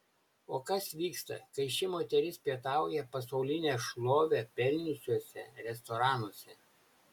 o kas vyksta kai ši moteris pietauja pasaulinę šlovę pelniusiuose restoranuose